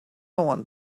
want